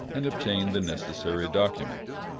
and obtained the necessary documents.